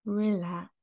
relax